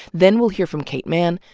then we'll hear from kate manne,